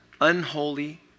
unholy